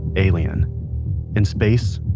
alien in space,